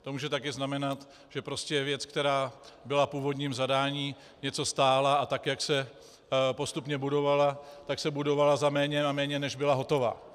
To může taky znamenat, že je věc, která byla v původním zadání, něco stála, a tak jak se postupně budovala, tak se budovala za méně a méně, než byla hotová.